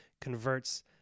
converts